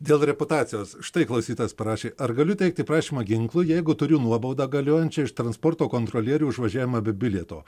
dėl reputacijos štai klausytojas parašė ar galiu teikti prašymą ginklui jeigu turiu nuobaudą galiojančią iš transporto kontrolierių už važiavimą be bilieto